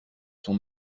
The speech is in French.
son